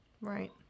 right